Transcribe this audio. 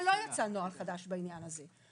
אבל לא יצא נוהל חדש בעניין הזה,